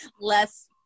less